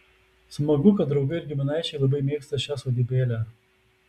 smagu kad draugai ir giminaičiai labai mėgsta šią sodybėlę